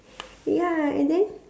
ya and then